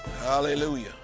Hallelujah